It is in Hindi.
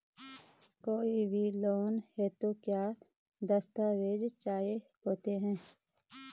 कोई भी लोन हेतु क्या दस्तावेज़ चाहिए होते हैं?